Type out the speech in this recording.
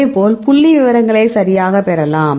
அதேபோல் புள்ளிவிவரங்களை சரியாகப் பெறலாம்